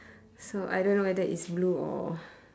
so I don't know whether it's blue or